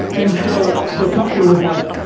and so the company was like,